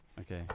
Okay